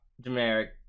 generic